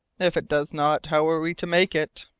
if it does not, how are we to make it?